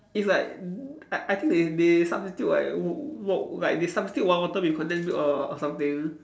it's like I I think they they substitute like wa~ wa~ like they substitute water with condensed milk or or something